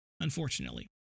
unfortunately